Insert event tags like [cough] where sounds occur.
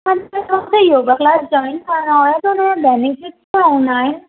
[unintelligible] मूंखे yoga class join करिणा हुया त हुन जा बेनिफिट छा हूंदा आहिनि